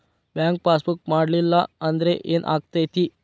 Bank passbook ಮಾಡಲಿಲ್ಲ ಅಂದ್ರೆ ಏನ್ ಆಗ್ತೈತಿ?